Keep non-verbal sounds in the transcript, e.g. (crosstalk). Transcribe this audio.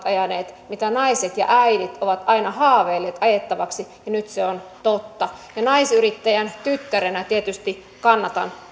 (unintelligible) ajanut mitä naiset ja äidit ovat aina haaveilleet ajettavaksi ja nyt se on totta naisyrittäjän tyttärenä tietysti kannatan